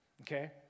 Okay